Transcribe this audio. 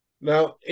Now